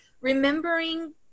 remembering